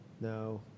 no